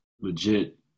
legit